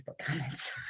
comments